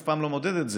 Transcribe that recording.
אף פעם לא מודד את זה,